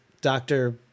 doctor